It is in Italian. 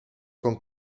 con